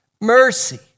Mercy